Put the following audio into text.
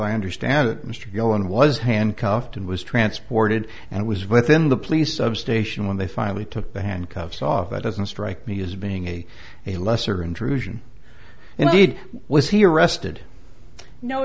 i understand it mr guillen was handcuffed and was transported and was within the police substation when they finally took the handcuffs off that doesn't strike me as being a a lesser intrusion indeed was he arrested no